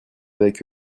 avec